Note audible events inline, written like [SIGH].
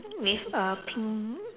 [NOISE] with a pink